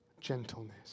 gentleness